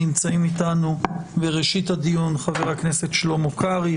נמצאים אתנו בראשית הדיון חבר הכנסת שלמה קרעי,